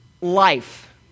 life